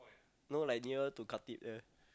no like near to Khatib there